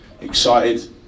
excited